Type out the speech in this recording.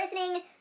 listening